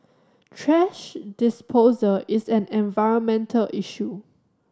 thrash disposal is an environmental issue